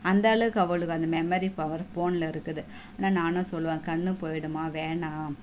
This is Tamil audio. அந்த லாவுக்கு அவளுக்கு அந்த மெமரி பவர் போனில் இருக்குது ஆனால் நானும் சொல்லுவேன் கண் போயிடுமா வேணாம்